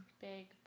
big